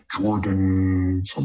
Jordan